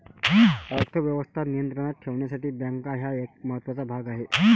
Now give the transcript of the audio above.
अर्थ व्यवस्था नियंत्रणात ठेवण्यासाठी बँका हा एक महत्त्वाचा भाग आहे